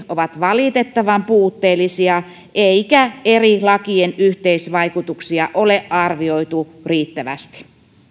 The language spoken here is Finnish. ovat valitettavan puutteellisia eikä eri lakien yhteisvaikutuksia ole arvioitu riittävästi